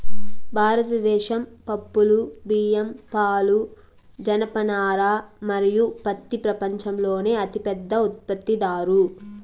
భారతదేశం పప్పులు, బియ్యం, పాలు, జనపనార మరియు పత్తి ప్రపంచంలోనే అతిపెద్ద ఉత్పత్తిదారు